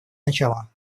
начала